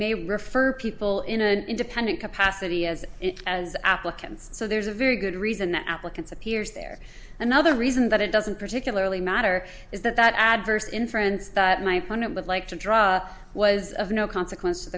may refer people in an independent capacity as as applicants so there's a very good reason that applicants appears there another reason that it doesn't particularly matter is that that adverse in friends that my opponent would like to draw was of no consequence